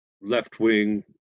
left-wing